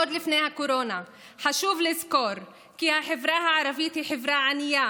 עוד לפני הקורונה חשוב לזכור כי החברה הערבית היא חברה ענייה.